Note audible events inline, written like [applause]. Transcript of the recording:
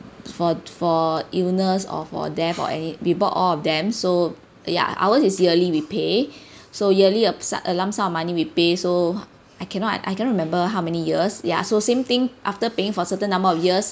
for for illness or for they for any we bought all of them so ya ours is yearly we pay [breath] so yearly a sum a lump sum of money we pay so I cannot I cannot remember how many years ya so same thing after paying for certain number of years